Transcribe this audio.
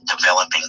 developing